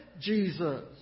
Jesus